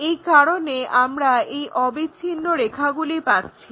এই কারণে আমরা এই অবিচ্ছিন্ন রেখাগুলি পাচ্ছি